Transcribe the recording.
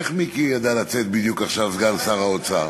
איך מיקי ידע לצאת בדיוק עכשיו, סגן שר האוצר?